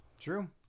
true